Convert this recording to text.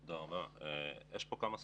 תודה, יש פה כמה סוגיות,